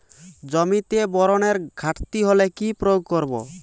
জমিতে বোরনের ঘাটতি হলে কি প্রয়োগ করব?